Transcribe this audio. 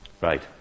Right